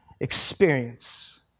experience